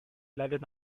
leidet